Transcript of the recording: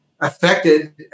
affected